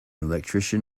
electrician